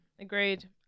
agreed